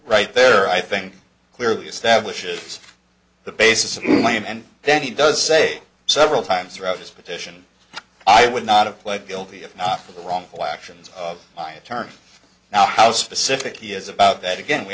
right there i think clearly establishes the basis of claim and then he does say several times throughout his petition i would not have pled guilty if not for the wrongful actions of my attorney now how specific he is about that again we